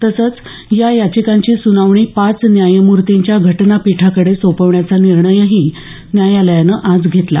तसंच या याचिकांची सुनावणी पाच न्यायमूर्तींच्या घटनापीठाकडे सोपवण्याचा निर्णयही न्यायालयानं आज घेतला